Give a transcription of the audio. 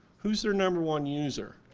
who's their number one user?